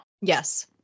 Yes